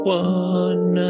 one